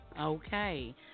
Okay